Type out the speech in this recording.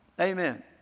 Amen